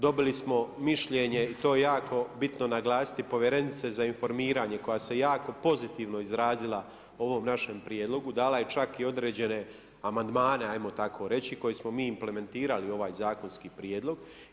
Dobili smo mišljenje i to je jako bitno naglasiti povjerenice za informiranje koja se jako pozitivno izrazila o ovom našem prijedlogu, dala je čak i određene amandmane, ajmo tako reći koje smo mi implementirali u ovaj zakonski prijedlog.